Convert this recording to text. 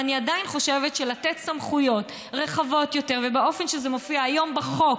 ואני עדיין חושבת שלתת סמכויות רחבות יותר ובאופן שזה מופיע היום בחוק,